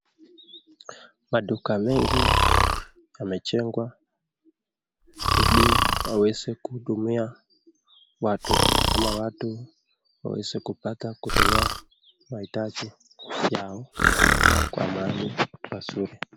Kwa duka mengi wamejengwa ili waweze kutumia watu ama watu waweze kupata kununua mahitaji yao kwa mahali pazuri.